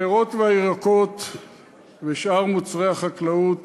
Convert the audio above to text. הפירות והירקות ושאר מוצרי החקלאות